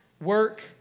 work